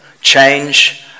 change